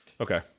Okay